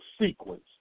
sequence